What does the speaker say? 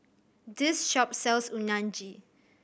this shop sells Unagi